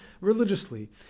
religiously